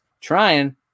Trying